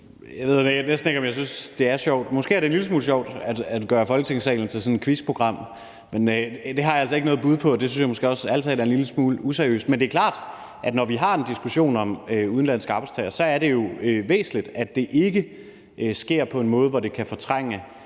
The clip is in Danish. Jeg ved næsten ikke, om jeg synes, det er sjovt, men måske er det en lille smule sjovt at gøre Folketingssalen til et quizprogram, men det har jeg altså ikke noget bud på, og jeg synes måske ærlig talt også, at det er en lille smule useriøst. Men det er klart, at når vi har en diskussion om udenlandske arbejdstagere, er det væsentligt, at det ikke sker på en måde, hvor det kan fortrænge